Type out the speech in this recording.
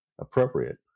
appropriate